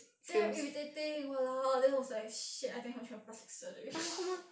damn irritating !walao! then that looks like shit I think 我需要 plastic surgery